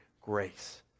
Grace